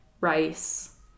rice